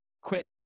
quit